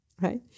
Right